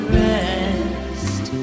rest